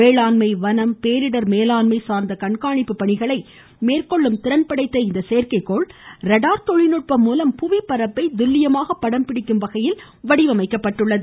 வேளாண்மை வனம் பேரிடர் மேலாண்மை சார்ந்த கண்காணிப்பு பணிகளை மேற்கொள்ளும் திறன்படைத்த செயற்கைகோள் ரேடார் தொழில்நுட்பம் மூலம் புவிபரப்பை துல்லியமாக படம் பிடிக்கும் வகையில் வடிவமைக்கப்பட்டுள்ளது